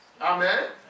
Amen